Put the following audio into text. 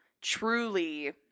truly